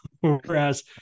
Whereas